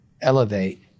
elevate